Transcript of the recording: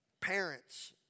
Parents